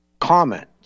comment